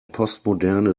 postmoderne